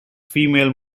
female